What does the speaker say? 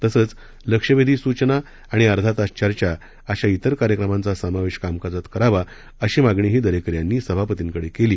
तसंच लक्षवेधी सूचना आणि अर्धा तास चर्चा अशा इतर कार्यक्रमांचा समावेश कामकाजात करावा अशी मागणी दरेकर यांनी सभापतींकडे केली